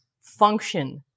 function